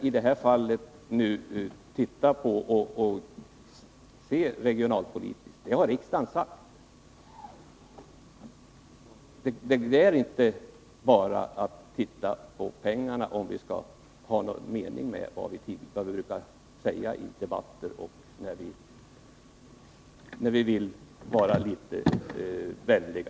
I det här fallet måste vi, som riksdagen sagt, se regionalpolitiskt på saken. Vi kan inte bara se på pengarna, om det skall vara någon mening med vad vi brukar säga i debatterna när vi vill vara litet vänliga.